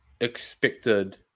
expected